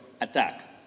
attack